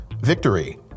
victory